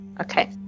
Okay